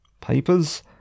papers